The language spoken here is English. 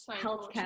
healthcare